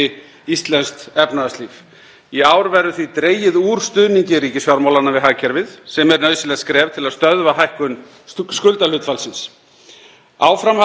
Áframhaldandi stuðningsaðgerðir nú myndu valda meiri halla ríkissjóðs en ella, ýta undir verðbólgu og vinna gegn hagsmunum heimila og fyrirtækja.